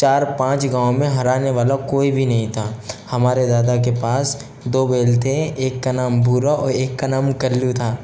चार पाँच गाँव में हराने वाला कोई भी नहीं था हमारे दादा के पास दो बैल थे एक का नाम भूरा और एक का नाम कल्लू था